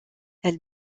elles